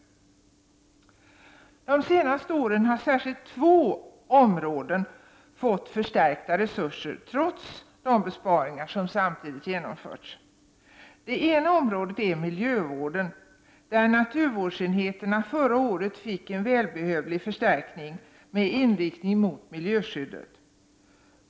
De senaste åren har särskilt två områden fått förstärkta resurser, trots de besparingar som samtidigt genomförts. Det ena området är miljövården, där naturvårdsenheterna förra året fick en välbehövlig förstärkning med inriktning mot miljöskyddet.